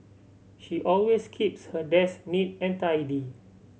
she always keeps her desk neat and tidy